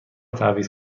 تعویض